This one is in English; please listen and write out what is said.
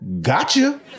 gotcha